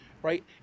Right